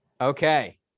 Okay